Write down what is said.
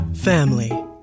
Family